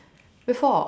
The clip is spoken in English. before